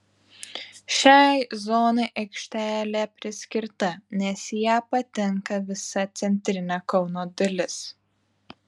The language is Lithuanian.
šiai zonai aikštelė priskirta nes į ją patenka visa centrinė kauno dalis